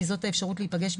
כי זאת האפשרות להיפגש,